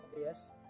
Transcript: yes